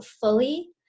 fully